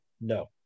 No